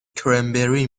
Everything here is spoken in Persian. کرنبری